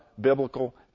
biblical